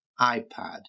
iPad